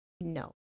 No